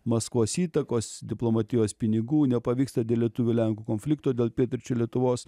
maskvos įtakos diplomatijos pinigų nepavyksta dėl lietuvių lenkų konflikto dėl pietryčių lietuvos